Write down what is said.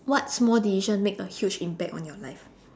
what small decision make a huge impact on your life